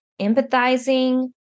empathizing